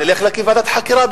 נלך להקים ועדת חקירה,